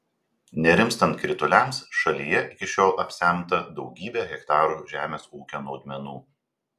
nerimstant krituliams šalyje iki šiol apsemta daugybė hektarų žemės ūkio naudmenų